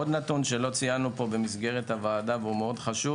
עוד נתון שלא ציינו במסגרת הוועדה והוא מאוד חשוב